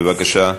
בבקשה.